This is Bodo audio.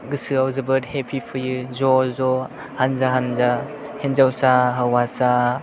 गोसोआव जोबोद हेप्पि फैयो ज' ज' हानजा हानजा हिन्जावसा हौवासा